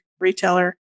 retailer